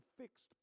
fixed